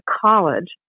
college